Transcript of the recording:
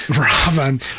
Robin